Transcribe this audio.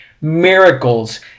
miracles